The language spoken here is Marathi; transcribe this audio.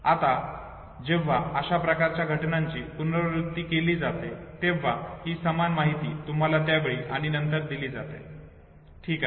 आता जेव्हा अशा प्रकारच्या घटनांची पुनरावृत्ती केली जाते तेव्हा ही समान माहिती तुम्हाला त्यावेळी आणि नंतर दिली जाते ठीक आहे